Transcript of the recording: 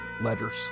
letters